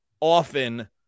often